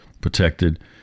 protected